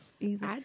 easy